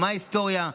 ההיסטוריה,